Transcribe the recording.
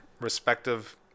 respective